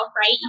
right